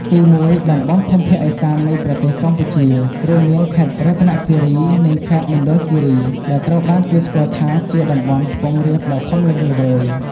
ទីមួយ តំបន់ភូមិភាគឦសាននៃប្រទេសកម្ពុជា រួមមាន ខេត្តរតនគិរី និង ខេត្តមណ្ឌលគិរី ដែលត្រូវបានគេស្គាល់ថាជាតំបន់ខ្ពង់រាបដ៏ធំល្វឹងល្វើយ។